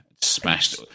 smashed